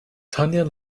tanja